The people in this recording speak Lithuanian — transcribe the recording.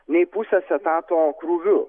nei pusės etato krūviu